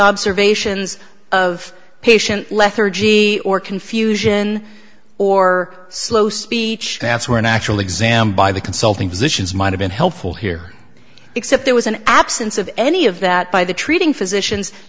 observations of patient lethargy or confusion or slow speech that's where an actual exam by the consulting physicians might have been helpful here except there was an absence of any of that by the treating physicians